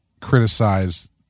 criticize